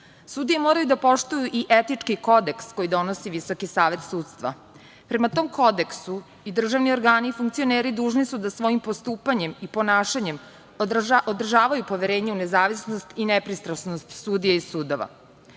Sudije moraju da poštuju i etički kodeks koji donosi Visoki savet sudstva. Prema tom kodeksu i državni organi i funkcioneri dužni su da svojim postupanjem i ponašanjem održavaju poverenje u nezavisnost i nepristrasnost sudija i sudova. Veoma